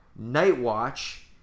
Nightwatch